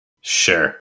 Sure